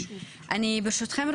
ברשותכם,